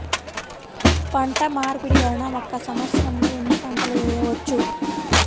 పంటమార్పిడి వలన ఒక్క సంవత్సరంలో ఎన్ని పంటలు వేయవచ్చు?